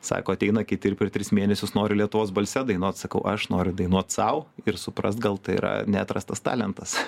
sako ateina kiti ir per tris mėnesius nori lietuvos balse dainuot sakau aš noriu dainuot sau ir suprast gal tai yra neatrastas talentas